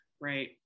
Right